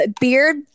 beard